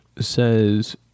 says